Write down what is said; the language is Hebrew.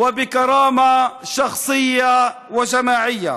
אמיתית ובכבוד אישי וקבוצתי.